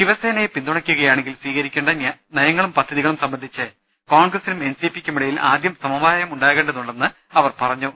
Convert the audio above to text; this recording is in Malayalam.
ശിവസേനയെ പിന്തുണയ്ക്കുകയാണെങ്കിൽ സ്വീകരിക്കേണ്ട നയങ്ങളും പദ്ധ തികളും സംബന്ധിച്ച് കോൺഗ്രസിനും എൻ സി പിയ്ക്കുമിടയിൽ ആദ്യം സമ വായം ഉണ്ടാകേണ്ടതുണ്ടെന്ന് അവർ പറഞ്ഞു